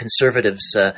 Conservatives